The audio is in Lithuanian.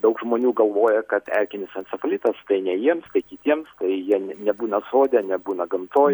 daug žmonių galvoja kad erkinis encefalitas tai ne jiems tai kitiems tai jie ne nebūna sode nebūna gamtoj